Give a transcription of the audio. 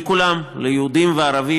לכולם ליהודים וערבים,